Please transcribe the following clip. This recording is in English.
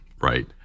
right